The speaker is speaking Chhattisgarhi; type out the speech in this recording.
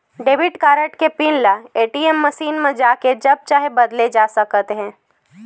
डेबिट कारड के पिन ल ए.टी.एम मसीन म जाके जब चाहे बदले जा सकत हे